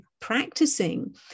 practicing